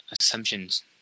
Assumptions